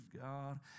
God